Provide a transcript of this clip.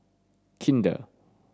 kinder